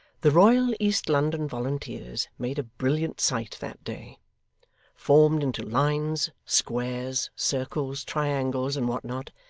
the royal east london volunteers made a brilliant sight that day formed into lines, squares, circles, triangles, and what not,